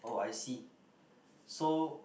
oh I see so